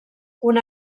una